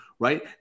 Right